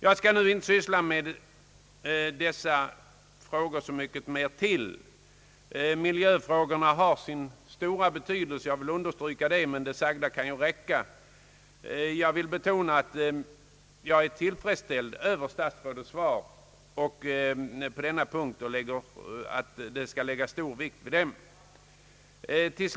Jag skall inte syssla så mycket mer med dessa frågor. Miljöfrågorna har dock sin stora betydelse — det vill jag understryka — men det sagda får räcka. Jag vill betona att jag är tillfredsställd med statsrådets svar på denna punkt, att det skall läggas stor vikt vid miljöfrågorna.